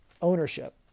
ownership